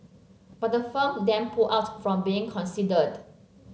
but the firm then pulled out from being considered